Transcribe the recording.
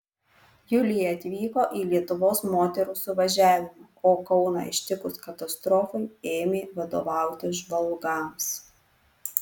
julija atvyko į lietuvos moterų suvažiavimą o kauną ištikus katastrofai ėmė vadovauti žvalgams